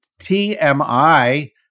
TMI